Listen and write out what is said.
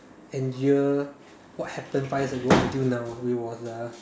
endure what happened five years ago until now it was a